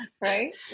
Right